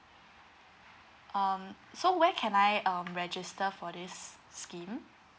um so where can I um register for this scheme